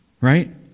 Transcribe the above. right